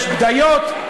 יש בדיות,